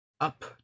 up